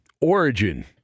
origin